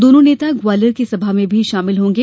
दोनों नेता ग्वालियर की सभा में भी शामिल होंगे